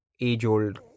age-old